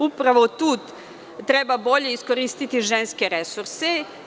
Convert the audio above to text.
Upravo tu treba bolje iskoristi ženske resurse.